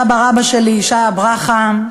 סבא רבא שלי, ישעיה ברכה,